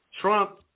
Trump